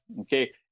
okay